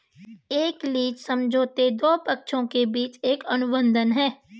एक लीज समझौता दो पक्षों के बीच एक अनुबंध है